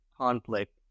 conflict